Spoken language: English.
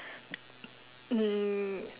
mm